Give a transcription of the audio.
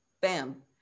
bam